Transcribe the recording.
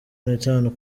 nitanu